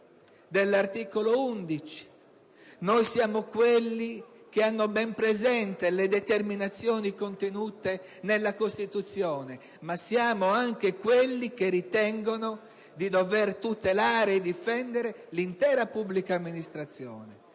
dell'articolo 11: siamo quelli che hanno bene presente le determinazioni contenute nella Costituzione, ma siamo anche quelli che ritengono di dover tutelare e difendere l'intera pubblica amministrazione.